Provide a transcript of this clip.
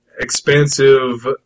expansive